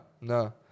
no